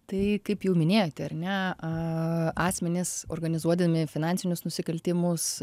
tai kaip jau minėjote ar ne aaa asmenys organizuodami finansinius nusikaltimus